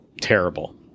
terrible